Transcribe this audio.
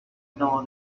know